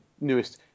newest